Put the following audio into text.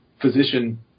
physician